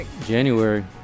January